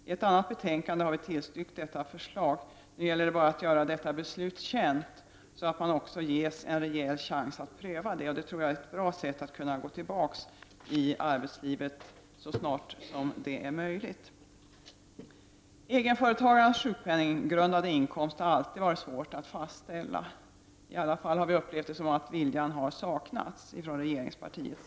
I ett annat betänkande har vi tillstyrkt detta förslag. Nu gäller det bara att göra detta beslut känt, så att människor också ges en rejäl chans att pröva detta. Det vore ett bra sätt att återgå i tjänst så snart som det är möjligt. Egenföretagarnas sjukpenninggrundande inkomst har alltid varit svår att fastställa. I alla fall har vi tyckt att regeringens vilja att göra detta har saknats.